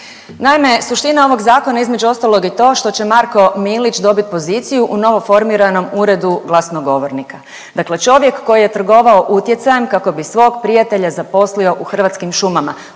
Naime, suština ovog Zakona, između ostalog je to što će Marko Milić dobit poziciju u novoformiranom uredu glasnogovornika, dakle čovjek koji je trgovao utjecajem kako bi svog prijatelja zaposlio u Hrvatskim šumama.